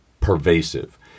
pervasive